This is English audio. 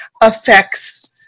affects